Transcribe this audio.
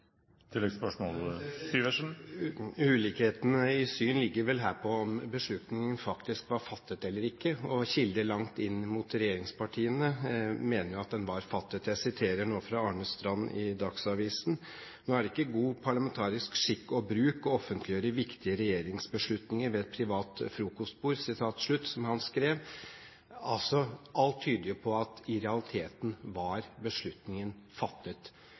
i syn ligger vel her på om beslutningen faktisk var fattet eller ikke, og kilder langt inn mot regjeringspartiene mener jo at den var fattet. Jeg siterer nå fra Arne Strand i Dagsavisen: «Nå er det ikke god parlamentarisk skikk og bruk å offentliggjøre viktige regjeringsbeslutninger ved et privat frokostbord.» Alt tyder jo på at i realiteten var beslutningen fattet. Vil statsråden bestride at i det store og hele var beslutningen allerede fattet?